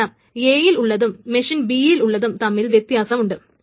കാരണം ഇവിടെ A യിൽ ഉള്ളളതും മെഷീൻ B യിൽ ഉള്ളതും തമ്മിൽ വ്യത്യാസം ഉണ്ട്